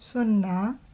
సున్నా